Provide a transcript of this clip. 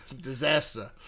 Disaster